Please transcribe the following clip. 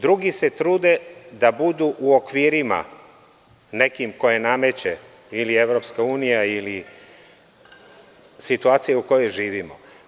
Drugi se trude da budu u okvirima nekim koje nameće ili EU ili situacija u kojoj živimo.